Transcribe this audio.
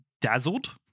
dazzled